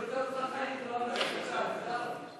התשע"ו 2016, לוועדת החוקה, חוק ומשפט נתקבלה.